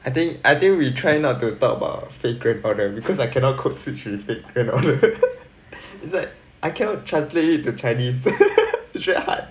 I think I think we try not to talk about fate grand order because I cannot code switch with fate grand order I cannot translate it to chinese it's very hard